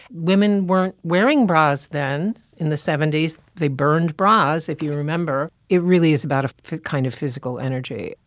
women weren't wearing bras. then in the seventy s, they burned bras, if you remember. it really is about a kind of physical energy.